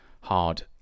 hard